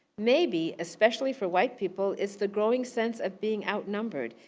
maybe, especially for white people, its the growing sense of being outnumbered,